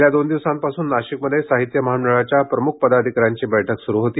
गेल्या दोन दिवसांपासून नाशिकमध्ये साहित्य महामंडळाच्या प्रमुख पदाधिकाऱ्यांची बैठक सुरू होती